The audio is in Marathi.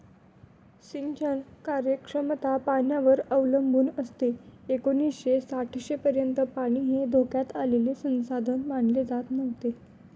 सिंचन कार्यक्षमता पाण्यावर अवलंबून असते एकोणीसशे साठपर्यंत पाणी हे धोक्यात आलेले संसाधन मानले जात नव्हते